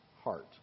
heart